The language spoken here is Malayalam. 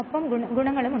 ഒപ്പം ഗുണങ്ങളുമുണ്ട്